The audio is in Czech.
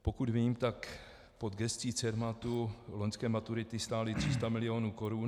Pokud vím, tak pod gescí Cermatu loňské maturity stály 300 milionů korun.